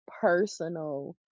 personal